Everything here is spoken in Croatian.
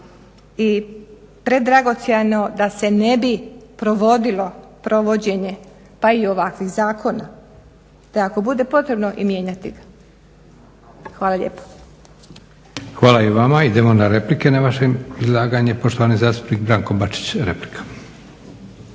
i predragocjeno da se ne bi provodilo provođenje pa i ovakvih zakona te ako bude potrebno i mijenjati ga. Hvala lijepa. **Leko, Josip (SDP)** Hvala i vama. Idemo na replike na vaše izlaganje. Poštovani zastupnik Branko Bačić, replika.